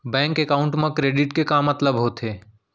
Bank account मा credit के का मतलब होथे?